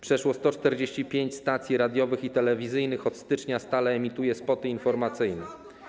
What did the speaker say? Przeszło 145 stacji radiowych i telewizyjnych od stycznia stale emituje spoty informacyjne.